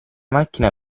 macchina